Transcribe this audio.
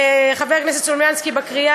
וחבר הכנסת סלומינסקי בהכנה